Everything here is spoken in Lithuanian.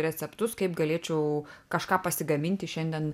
receptus kaip galėčiau kažką pasigaminti šiandien